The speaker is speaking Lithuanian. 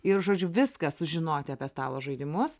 ir žodžiu viską sužinoti apie stalo žaidimus